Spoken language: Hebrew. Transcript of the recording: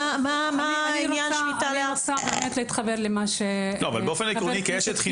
אני רוצה להתחבר למה שחבר הכנסת קינלי אמר.